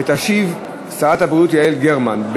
תשיב שרת הבריאות יעל גרמן.